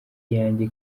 iyanjye